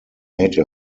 made